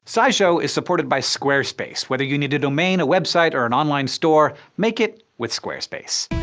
scishow is supported by squarespace. whether you need a domain, website, or and online store, make it with squarespace